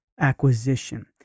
acquisition